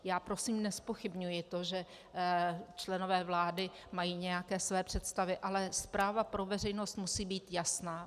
Já prosím nezpochybňuji to, že členové vlády mají nějaké své představy, ale zpráva pro veřejnost musí být jasná.